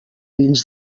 dins